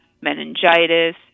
meningitis